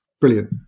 brilliant